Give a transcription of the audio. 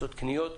לעשות קניות,